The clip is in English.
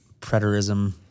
preterism